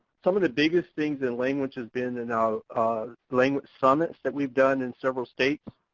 some of the biggest things in language has been in our language summits that we've done in several states.